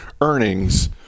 earnings